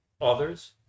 others